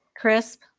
crisp